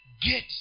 get